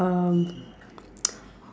um